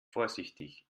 vorsichtig